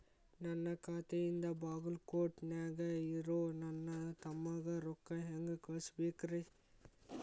ನನ್ನ ಖಾತೆಯಿಂದ ಬಾಗಲ್ಕೋಟ್ ನ್ಯಾಗ್ ಇರೋ ನನ್ನ ತಮ್ಮಗ ರೊಕ್ಕ ಹೆಂಗ್ ಕಳಸಬೇಕ್ರಿ?